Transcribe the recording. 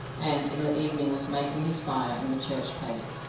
and in the evening was making his fire in the church paddock,